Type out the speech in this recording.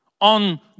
on